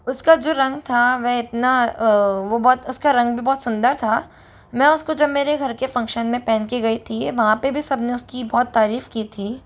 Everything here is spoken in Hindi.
उसका जो रंग था वे इतना वो बहुत उसका रंग भी बहुत सुंदर था मैं उसको जब मेरे घर के फंक्शन में पहन की गई थी वहाँ पे भी सब ने उसकी बहुत तारीफ की थी